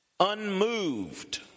unmoved